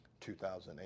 2008